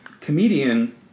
comedian